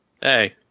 hey